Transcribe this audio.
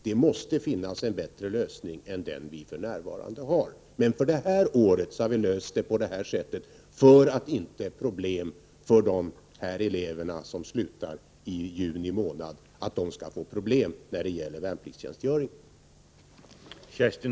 Det måste finnas en bättre lösning än den vi för närvarande har, men för detta år har vi löst det på angivet sätt för att inte de elever som slutar skolan i juni månad i år skall få problem när det gäller värnpliktstjänstgöringen.